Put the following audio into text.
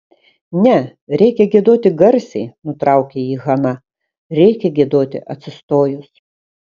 ne reikia giedoti garsiai nutraukė jį hana reikia giedoti atsistojus